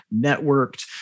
networked